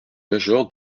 major